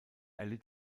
erlitt